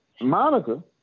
Monica